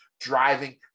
driving